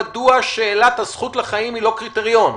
מדוע שאלת הזכות לחיים היא לא קריטריון?